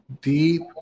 deep